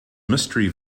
mystery